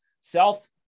self